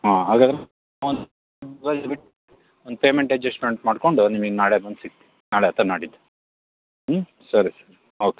ಹಾಂ ಹಾಗಾದರೆ ಒಂದು ಬಿಟ್ಟು ಒಂದು ಪೇಮೆಂಟ್ ಅಜ್ಜೆಸ್ಟ್ಮೆಂಟ್ ಮಾಡಿಕೊಂಡು ನಿಮಿಗೆ ನಾಳೆ ಬಂದು ಸಿಕ್ತೀನು ನಾಳೆ ಅಥವಾ ನಾಡಿದ್ದು ಹ್ಞೂ ಸರಿ ಓಕೆ